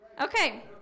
okay